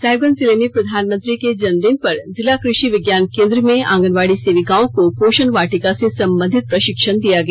साहिबगंज जिले में प्रधानमंत्री के जन्म दिन पर जिला कृषि विज्ञान केन्द्र में आंगनवाड़ी सेविकाओं को पोषण वाटिका से संबंधित प्रशिक्षण दिया गया